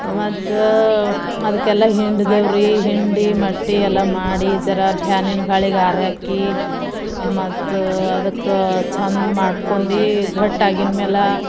ಮತ್ತು ಅದಕ್ಕೆಲ್ಲ ಹಿಂಡಿದೇವ್ರೀ ಹಿಂಡಿ ಮಟ್ಟಿ ಎಲ್ಲ ಮಾಡಿ ಜರ ಪ್ಯಾನಿನ ಗಾಳಿಗೆ ಆರಿ ಹಾಕಿ ಮತ್ತು ಅದಕ್ಕೆ ಚೆಂದ ಮಾಡ್ಕೊಂಡು ಗಟ್ಟಿ ಆಗಿದ್ದ ಮೇಲೆ